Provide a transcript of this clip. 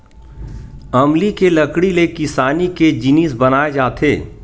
अमली के लकड़ी ले किसानी के जिनिस बनाए जाथे